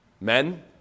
men